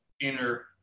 inner